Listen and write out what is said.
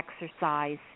exercise